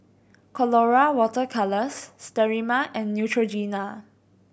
Colora Water Colours Sterimar and Neutrogena